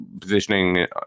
positioning